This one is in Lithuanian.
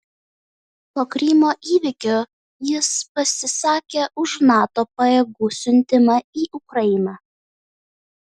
po krymo įvykių jis pasisakė už nato pajėgų siuntimą į ukrainą